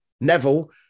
Neville